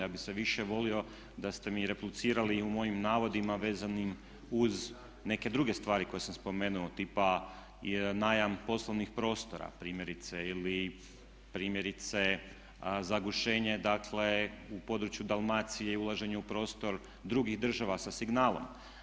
Ja bih više volio da ste mi replicirali u mojim navodima vezanim uz neke druge stvari koje sam spomenuo, tipa najam poslovnih prostora primjerice ili zagušenje dakle u području Dalmacije i ulaženje u prostor drugih država sa signalom.